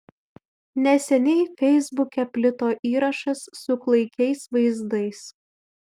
neseniai feisbuke plito įrašas su klaikiais vaizdais